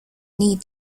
need